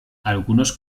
algunos